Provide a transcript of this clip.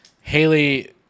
Haley